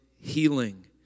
Healing